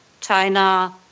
China